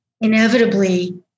inevitably